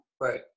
Right